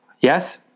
Yes